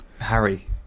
Harry